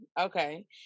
Okay